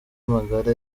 magara